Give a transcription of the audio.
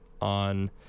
on